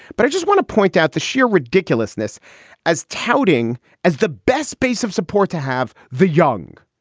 but i just want to point out the sheer ridiculousness as touting as the best base of support to have the young,